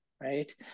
right